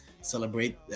celebrate